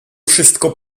wszystko